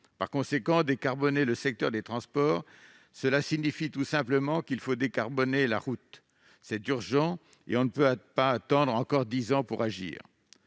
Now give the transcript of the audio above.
Par conséquent, décarboner le secteur des transports signifie tout simplement qu'il faut décarboner la route : c'est urgent et nous ne pouvons pas attendre encore dix ans pour agir.